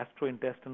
gastrointestinal